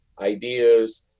ideas